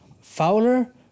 Fowler